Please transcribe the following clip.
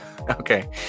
Okay